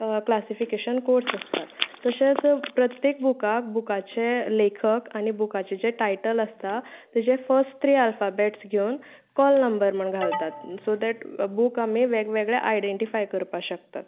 classification course आसतात तशेच प्रत्येक बुकाक बुकाचे लेखक आनी बुकाचें जें टायटल आसता तेजें फस्ट थ्री आल्फाबॅट्स घेवन कॉल नंबर म्हूण घालतात सो दॅट बूक आमी वेगवेगळे आयडेंटीफाय करपा शकतात